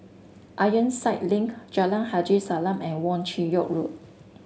Ironside Link Jalan Haji Salam and Wong Chin Yoke Road